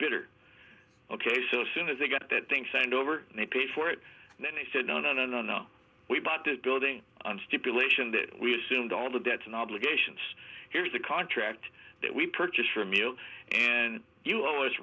bidder ok so soon as they got that thing send over and they paid for it and then they said none on and on them we bought that building and stipulation that we assumed all the debts and obligations here's a contract that we purchased from you and you owe us